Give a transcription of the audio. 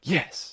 Yes